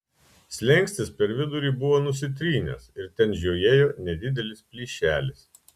slenkstis per vidurį buvo nusitrynęs ir ten žiojėjo nedidelis plyšelis